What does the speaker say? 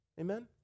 Amen